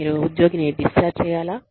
మీరు ఉద్యోగిని డిశ్చార్జ్ చేయాలా